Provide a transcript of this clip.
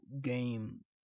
game